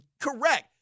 Correct